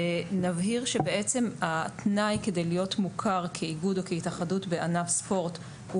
נבהיר שתנאי כדי להיות מוכר כאיגוד או כהתאחדות בענף ספורט הוא